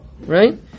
Right